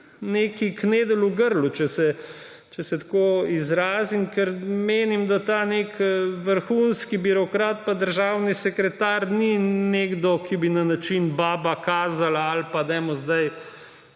neki knedelj v grlu, če se tako izrazim, ker menim, da ta vrhunski birokrat pa državni sekretar ni nekdo, ki bi deloval na način baba kazala ali pa dajmo zdaj